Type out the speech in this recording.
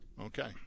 Okay